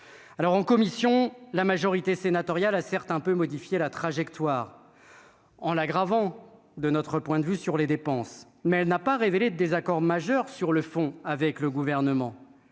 alors en commission, la majorité sénatoriale a certes un peu modifié la trajectoire en l'aggravant de notre point de vue sur les dépenses, mais n'a pas révélé de désaccord majeur sur le fond avec le gouvernement,